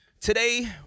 Today